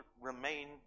remain